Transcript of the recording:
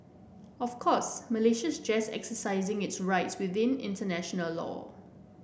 of course Malaysia is just exercising its rights within international law